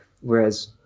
whereas